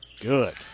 Good